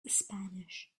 spanish